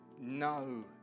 no